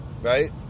right